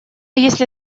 если